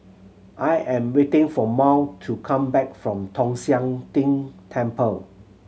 I am waiting for Mal to come back from Tong Sian Tng Temple